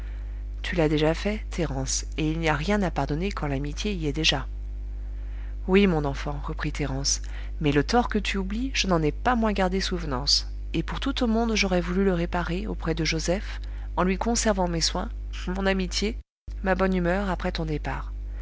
tu l'as déjà fait thérence et il n'y a rien à pardonner quand l'amitié y est déjà oui mon enfant reprit thérence mais le tort que tu oublies je n'en ai pas moins gardé souvenance et pour tout au monde j'aurais voulu le réparer auprès de joseph en lui conservant mes soins mon amitié ma bonne humeur après ton départ